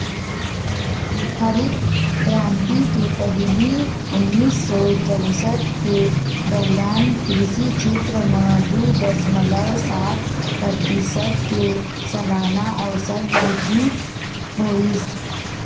हरित करांति के पहिली उन्नीस सौ चउसठ के दउरान कृषि छेत्र म दू दसमलव सात परतिसत के सलाना अउसत बृद्धि होइस